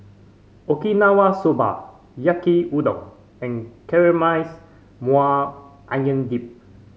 Okinawa Soba Yaki Udon and Caramelized Maui Onion Dip